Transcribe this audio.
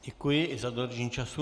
Děkuji i za dodržení času.